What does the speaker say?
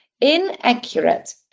Inaccurate